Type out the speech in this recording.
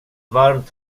varmt